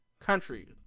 country